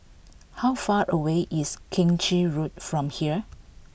how far away is Keng Chin Road from here